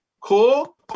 Cool